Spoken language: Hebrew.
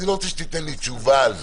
אני לא רוצה שתיתן לי תשובה על זה,